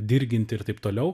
dirginti ir taip toliau